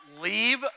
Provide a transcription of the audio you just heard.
leave